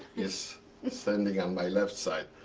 is is standing on my left side.